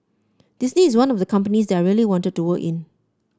Disney is one of the companies that I really wanted to work in